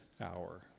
hour